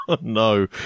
No